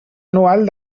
anual